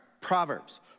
Proverbs